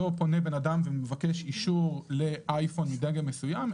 אדם לא מבקש אישור לאייפון מדגם מסוים,